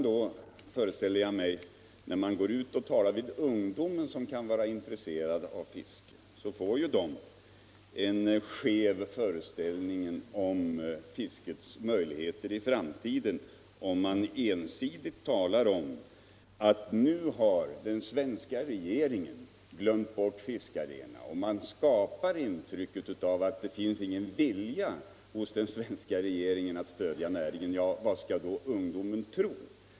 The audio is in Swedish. De ungdomar som kan vara intresserade av fiske får ju en skev föreställning om fiskets möjligheter i framtiden om man ensidigt talar om att nu har den svenska regeringen glömt bort fiskarna. Om man skapar intrycket att det inte finns någon vilja hos den svenska regeringen att stödja näringen, vad skall då ungdomarna tro?